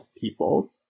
people